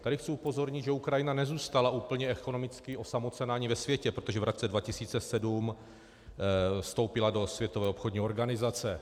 Tady chci upozornit, že Ukrajina nezůstala úplně ekonomicky osamocena ani ve světě, protože v roce 2007 vstoupila do Světové obchodní organizace.